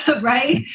Right